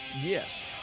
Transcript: Yes